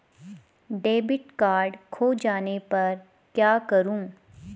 Debit card खो जाने पर क्या करूँ?